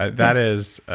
that is.